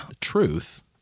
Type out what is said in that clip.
truth